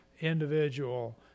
individual